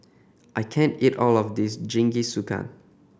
I can't eat all of this Jingisukan